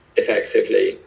effectively